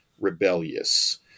rebellious